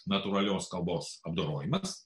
natūralios kalbos apdorojimas